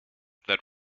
that